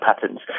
patterns